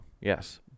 yes